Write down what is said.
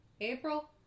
April